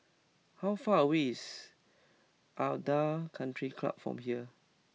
how far away is Aranda Country Club from here